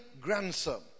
grandson